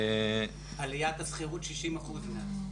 עליית השכירות היא 60% מאז.